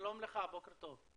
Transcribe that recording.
שלום לך, בוקר טוב.